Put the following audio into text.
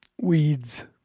weeds